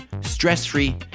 stress-free